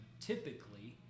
typically